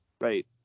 Right